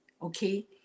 Okay